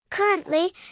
Currently